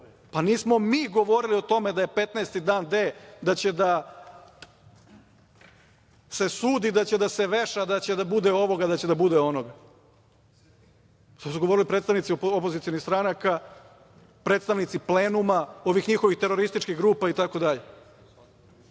Pa, nismo mi govorili o tome da je 15. dan D, da će da se sudi, da će da se veša, da će da bude ovoga, da će da bude onoga. To su govorili predstavnici opozicionih stranaka, predstavnici plenuma, ovih njihovih terorističkih grupa itd. Sad